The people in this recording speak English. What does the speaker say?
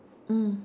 mm